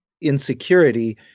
insecurity